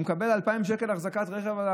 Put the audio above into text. הוא מקבל 2,000 שקל אחזקת רכב,